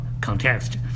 context